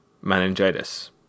meningitis